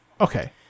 okay